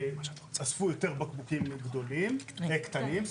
אספו יותר בקבוקים קטנים,